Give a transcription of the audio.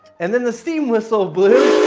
and then the steam whistle blew.